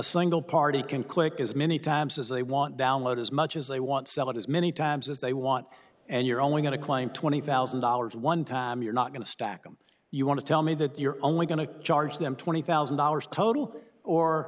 single party can click as many times as they want download as much as they want sell it as many times as they want and you're only going to claim twenty thousand dollars one time you're not going to stack them you want to tell me that you're only going to charge them twenty thousand dollars total or